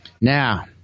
now